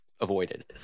avoided